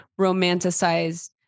romanticized